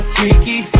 Freaky